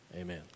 Amen